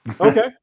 Okay